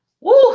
Woo